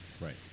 Right